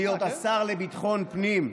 להיות השר לביטחון פנים?